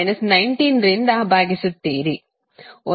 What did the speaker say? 60210 19ರಿಂದ ಭಾಗಿಸುತ್ತೀರಿ